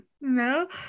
No